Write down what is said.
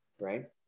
right